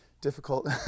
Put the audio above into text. difficult